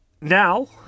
Now